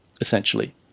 essentially